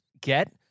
get